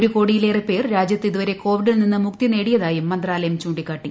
ഒരുകോടിയിലേറെ പേർ രാജ്യത്ത് ഇതുവരെ കോവിഡിൽ നിന്ന് മുക്തി നേടിയതായും മന്ത്രാലയം ചൂണ്ടിക്കാട്ടി